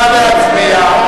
נא להצביע,